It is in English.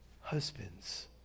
husbands